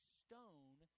stone